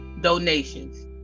donations